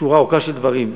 בשורה ארוכה של דברים,